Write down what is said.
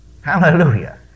Hallelujah